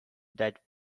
that